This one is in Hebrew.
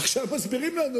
עכשיו מסבירים לנו